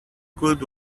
good